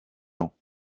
ans